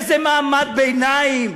איזה מעמד ביניים?